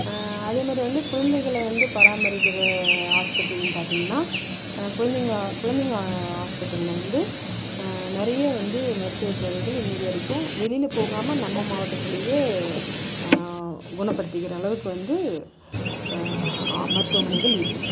அதே மாதிரி வந்து குழந்தைகளை வந்து பராமரிக்கின்ற ஹாஸ்பிட்டல்னு பார்த்திங்கன்னா குழந்தைங்க குழந்தைங்க ஹாஸ்பிட்டலில் வந்து நிறைய வந்து மருத்துவ சேவைகள் இன்றைக்கி வரைக்கும் வெளியில் போகாமல் நம்ம மாவட்டத்துலேயே குணப்படுத்திக்கிற அளவுக்கு வந்து மருத்துவமனைகள் இருக்குது